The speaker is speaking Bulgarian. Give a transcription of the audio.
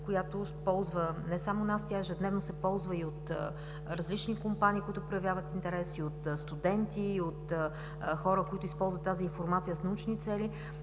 която ползва не само нас, тя ежедневно се ползва и от различни компании, които проявяват интерес, и от студенти, и от хора, които използват тази информация с научни цели.